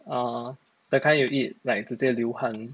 orh that kind you eat like 直接流汗